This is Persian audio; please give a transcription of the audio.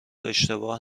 اشتباه